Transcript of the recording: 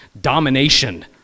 domination